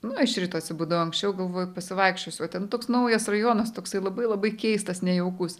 nu iš ryto atsibudau anksčiau galvoju pasivaikščiosiu o ten toks naujas rajonas toksai labai labai keistas nejaukus